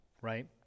right